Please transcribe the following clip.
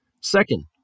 Second